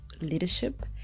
leadership